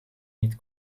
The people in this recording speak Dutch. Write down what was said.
niet